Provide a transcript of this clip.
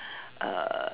uh